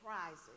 prizes